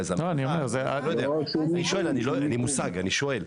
אין לי מושג אני שואל.